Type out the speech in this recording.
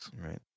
Right